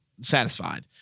satisfied